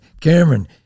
Cameron